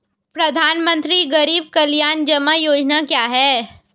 प्रधानमंत्री गरीब कल्याण जमा योजना क्या है?